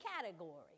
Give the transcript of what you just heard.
category